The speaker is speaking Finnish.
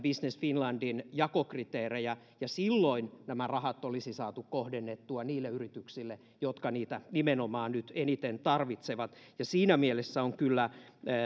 business finlandin jakokriteerejä ja silloin nämä rahat olisi saatu kohdennettua niille yrityksille jotka niitä nimenomaan nyt eniten tarvitsevat siinä mielessä on kyllä